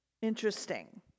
Interesting